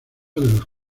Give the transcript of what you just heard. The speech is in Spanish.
los